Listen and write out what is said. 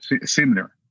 similar